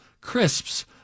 crisps